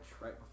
right